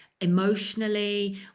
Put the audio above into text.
emotionally